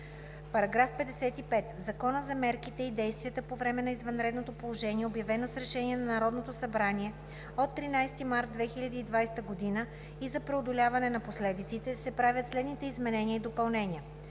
тире. § 55. В Закона за мерките и действията по време на извънредното положение, обявено с решение на Народното събрание от 13 март 2020 г., и за преодоляване на последиците (обн., ДВ, бр. ...) се правят следните изменения и допълнения: